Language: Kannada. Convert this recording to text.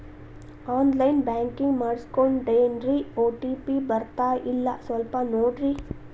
ಆನ್ ಲೈನ್ ಬ್ಯಾಂಕಿಂಗ್ ಮಾಡಿಸ್ಕೊಂಡೇನ್ರಿ ಓ.ಟಿ.ಪಿ ಬರ್ತಾಯಿಲ್ಲ ಸ್ವಲ್ಪ ನೋಡ್ರಿ